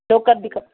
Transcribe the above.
locker बि खप